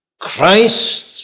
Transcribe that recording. Christ